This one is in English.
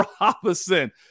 Robinson